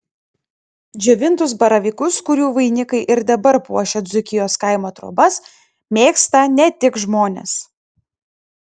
džiovintus baravykus kurių vainikai ir dabar puošia dzūkijos kaimo trobas mėgsta ne tik žmonės